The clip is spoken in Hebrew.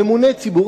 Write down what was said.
ממונה ציבור,